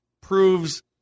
proves